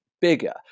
bigger